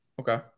Okay